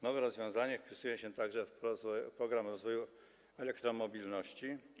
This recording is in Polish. Nowe rozwiązanie wpisuje się także w program rozwoju elektromobilności.